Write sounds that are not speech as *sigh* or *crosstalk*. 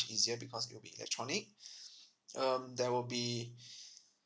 easier because it'll be electronic *breath* um there will be *breath*